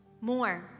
more